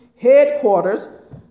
headquarters